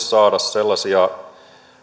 saada aikaan sellaisia